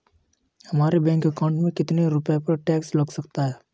हमारे bank account में कितने रुपये पर टैक्स लग सकता है?